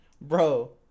Bro